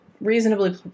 reasonably